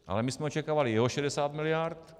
Ale my jsme očekávali jeho 60 miliard.